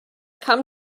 come